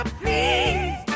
please